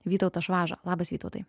vytautą švažą labas vytautai